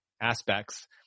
aspects